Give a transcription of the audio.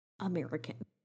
American